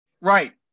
Right